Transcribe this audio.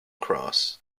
cross